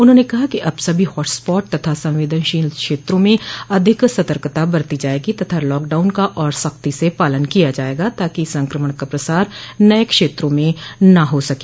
उन्होंने कहा कि अब सभी हॉट स्पॉट तथा संवेदनशील क्षेत्रों में अधिक सतर्कता बरती जायेगी तथा लॉकडाउन का और सख्ती से पालन किया जायेगा ताकि संक्रमण का प्रसार नये क्षेत्रों में न हो सके